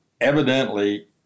evidently